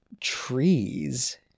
trees